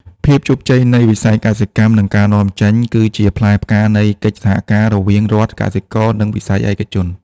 ភាពជោគជ័យនៃវិស័យកសិកម្ម និងការនាំចេញ គឺជាផ្លែផ្កានៃកិច្ចសហការរវាងរដ្ឋ កសិករ និងវិស័យឯកជន។